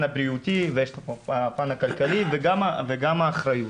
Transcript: הבריאותי ויש את הפן הכלכלי וגם האחריות,